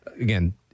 Again